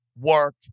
work